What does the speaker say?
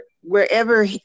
wherever